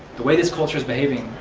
the way this culture is behaving,